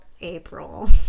April